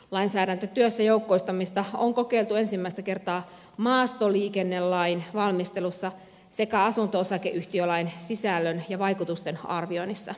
lainsäädäntötyössä joukkoistamista on kokeiltu ensimmäistä kertaa maastoliikennelain valmistelussa sekä asunto osakeyhtiölain sisällön ja vaikutusten arvioinnissa